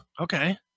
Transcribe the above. Okay